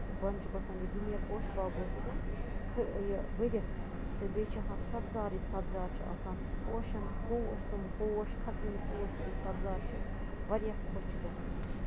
سُہ بۄنہٕ چھُ باسان یہِ دُنیاہ پوشہٕ باغَو سۭتۍ یہِ بٔرِتھ تہٕ بیٚیہِ چھُ آسان سَبزارٕے سَبزار چھُ آسان سُہ پوشَن پوش تِم پوش کھسوٕنۍ پوش تہِ بیٚیہِ سَبزار چھُ واریاہ خۄش چھُ گژھان یہِ